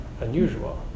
unusual